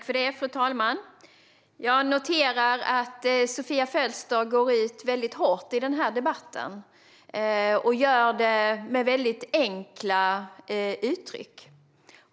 Fru talman! Jag noterar att Sofia Fölster går ut väldigt hårt i den här debatten och gör det med enkla uttryck.